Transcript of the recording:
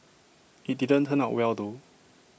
IT didn't turn out well though